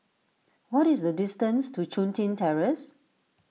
what is the distance to Chun Tin Terrace